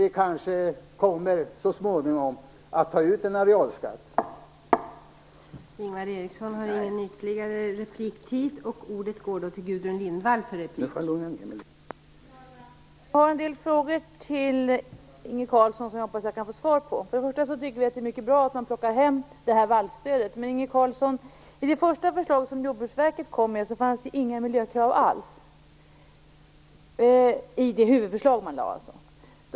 Vi kanske så småningom kommer att ta ut en arealskatt, vem vet?